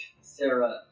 Sarah